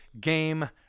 game